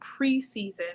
preseason